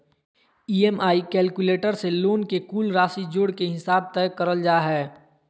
EMI calculator से loan के कुल राशि जोड़ के हिसाब तय करल जा हय